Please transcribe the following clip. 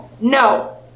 No